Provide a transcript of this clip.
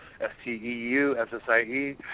S-T-E-U-S-S-I-E